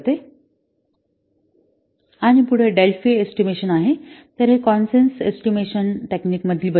आणि पुढे Delphi estimation आहे तर ते कॉन्सेन्स एस्टिमेशन टेक्निक मधील बदल आहे